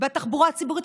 בתחבורה הציבורית.